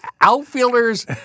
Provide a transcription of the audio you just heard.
outfielders